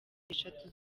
eshatu